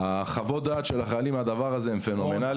חוות הדעת של החיילים על הדבר הזה הן פנומנאליות.